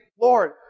Lord